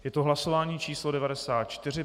Je to hlasování číslo 94.